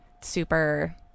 super